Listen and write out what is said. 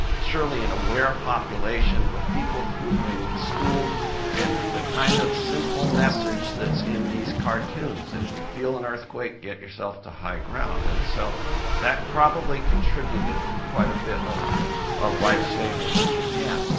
surely, an aware population with people who had been schooled in the kind of simple message that's in these cartoons. that if you feel an earthquake, get yourself to high ground. and so that probably contributed to quite a bit of of life saving in japan.